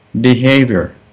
behavior